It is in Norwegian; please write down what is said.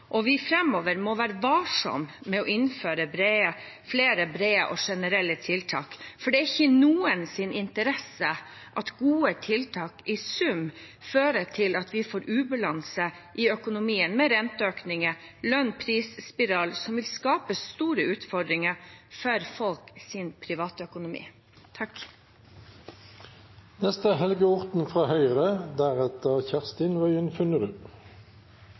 og at vi framover må være varsomme med å innføre flere brede og generelle tiltak. Det er ikke i noens interesse at gode tiltak i sum fører til at vi får ubalanse i økonomien, med renteøkninger og en lønns- og prisspiral, som vil skape store utfordringer for